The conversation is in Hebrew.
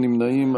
אין נמנעים.